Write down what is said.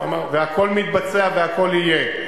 והכול מתבצע והכול יהיה.